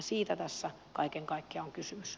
siitä tässä kaiken kaikkiaan on kysymys